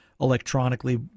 electronically